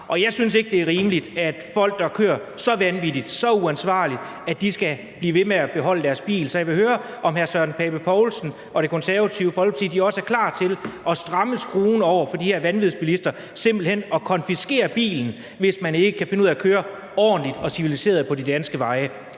Jeg synes ikke, det er rimeligt, at folk, der kører så vanvittigt og så uansvarligt, skal blive ved med at beholde deres bil. Så jeg vil høre, om hr. Søren Pape Poulsen og Det Konservative Folkeparti også er klar til at stramme skruen over for de her vanvidsbilister og simpelt hen konfiskere bilen, hvis de ikke kan finde ud af at køre ordentligt og civiliseret på de danske veje.